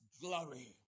glory